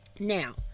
Now